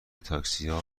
تاکسیا